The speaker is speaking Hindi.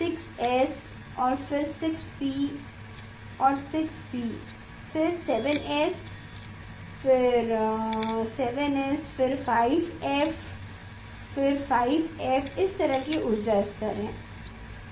6 एस फिर 6 पी और 6 पी फिर 7 एस फिर 7 एस फिर 5 एफ फिर 5 एफ इस तरह के ऊर्जा स्तर हैं